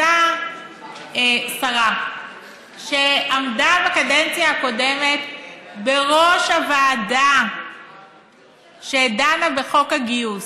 אותה שרה שעמדה בקדנציה הקודמת בראש הוועדה שדנה בחוק הגיוס,